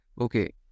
Okay